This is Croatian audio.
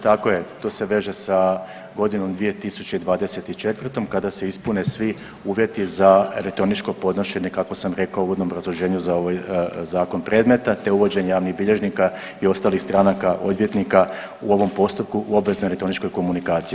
Tako je, to se veže sa godinom 2024. kada se ispuni svi uvjeti za elektroničko podnošenje, kako sam rekao u uvodnom obrazloženju za ovaj Zakon, predmeta te uvođenje javnih bilježnika i ostalih strana odvjetnika u ovom postupku u obveznoj elektroničkoj komunikaciji.